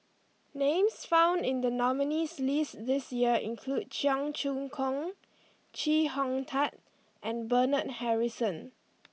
names found in the nominees' list this year include Cheong Choong Kong Chee Hong Tat and Bernard Harrison